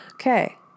Okay